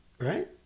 right